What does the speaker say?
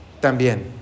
también